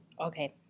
Okay